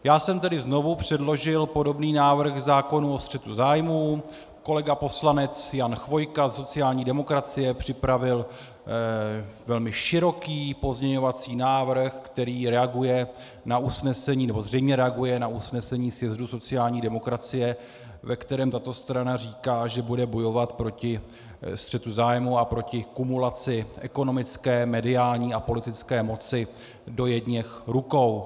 Já jsem tedy znovu předložil podobný návrh zákona o střetu zájmů, kolega poslanec Jan Chvojka ze sociální demokracie připravil velmi široký pozměňovací návrh, který reaguje na usnesení, nebo zřejmě reaguje na usnesení sjezdu sociální demokracie, ve kterém tato strana říká, že bude bojovat proti střetu zájmů a proti kumulaci ekonomické, mediální a politické moci do jedněch rukou.